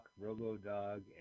RoboDog